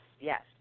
yes